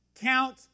Count